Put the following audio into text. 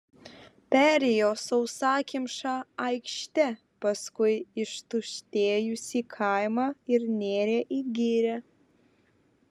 perėjo sausakimšą aikštę paskui ištuštėjusį kaimą ir nėrė į girią